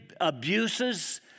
abuses